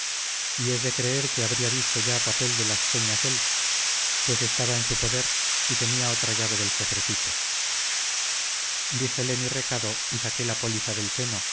y es de creer que habría visto ya papel de las señas él pues estaba en su poder y tendría otra llave del cofrecito díjole mi recado y saqué la póliza del seno